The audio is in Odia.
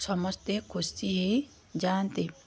ସମସ୍ତେ ଖୁସି ହୋଇଯାଆନ୍ତି